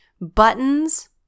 buttons